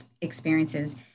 experiences